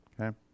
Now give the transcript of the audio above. okay